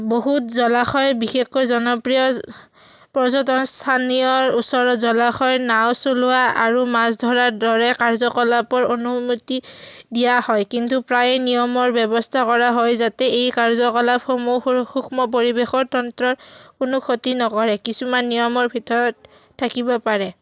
বহুত জলাশয়ৰ বিশেষকৈ জনপ্ৰিয় পৰ্যটন স্থানীয় ওচৰ জলাশয়ৰ নাও চলোৱা আৰু মাছ ধৰাৰ দৰে কাৰ্যকলাপৰ অনুমতি দিয়া হয় কিন্তু প্ৰায়ে নিয়মৰ ব্যৱস্থা কৰা হয় যাতে এই কাৰ্যকলাপসমূহ সুৰ সূক্ষ্ম পৰিৱেশৰ তন্ত্ৰই কোনো ক্ষতি নকৰে কিছুমান নিয়মৰ ভিতৰত থাকিব পাৰে